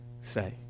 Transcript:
say